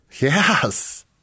Yes